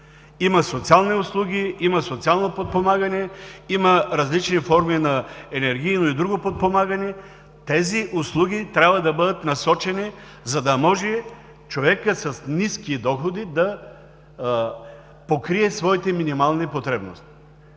Има социални услуги, има социално подпомагане, има различни форми на енергийно и друго подпомагане. Тези услуги трябва да бъдат насочени, за да може човекът с ниски доходи да покрие своите минимални потребности.